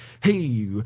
hey